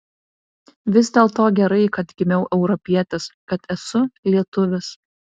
vis dėlto gerai kad gimiau europietis kad esu lietuvis